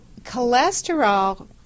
cholesterol